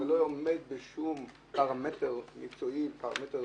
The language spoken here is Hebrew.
זה לא עומד בשום פרמטר מקצועי מאוזן,